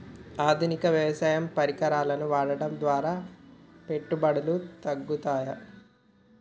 ఆధునిక వ్యవసాయ పరికరాలను వాడటం ద్వారా పెట్టుబడులు తగ్గుతయ?